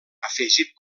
afegit